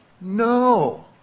No